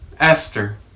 Esther